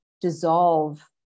dissolve